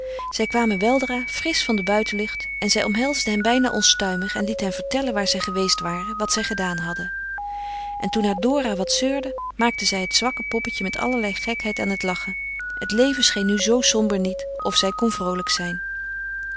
zij kwamen weldra frisch van de buitenlucht en zij omhelsde hen bijna onstuimig en liet hen vertellen waar zij geweest waren wat zij gedaan hadden en toen haar dora wat zeurde maakte zij het zwakke poppetje met allerlei gekheid aan het lachen het leven scheen nu zoo somber niet of zij kon vroolijk zijn